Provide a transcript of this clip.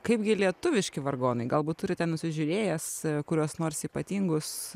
kaipgi lietuviški vargonai galbūt turite nusižiūrėjęs kuriuos nors ypatingus